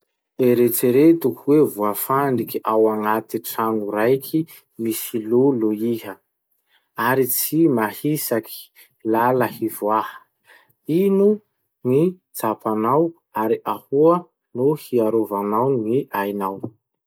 Eritsereto hoe voafandriky ao agnaty tragno raiky misy lolo iha, ary tsy mahisaky lala hivoaha. Ino gny tsapanao ary ahoa ny hiarovanao ny ainao?